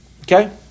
Okay